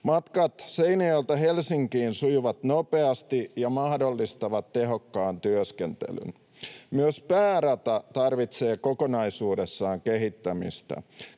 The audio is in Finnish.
Matkat Seinäjoelta Helsinkiin sujuvat nopeasti ja mahdollistavat tehokkaan työskentelyn. Myös päärata tarvitsee kokonaisuudessaan kehittämistä.